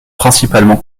principalement